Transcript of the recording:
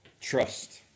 Trust